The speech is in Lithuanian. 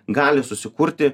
gali susikurti